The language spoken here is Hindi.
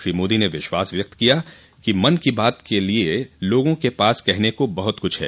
श्री मोदी ने विश्वास ज़ाहिर किया है कि मन की बात के लिए लोगों के पास कहने को बहुत कुछ है